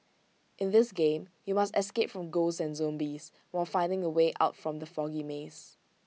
in this game you must escape from ghosts and zombies while finding the way out from the foggy maze